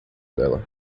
dela